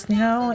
now